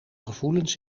gevoelens